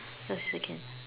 first second